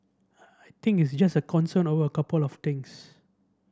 I think it's just a concern over couple of things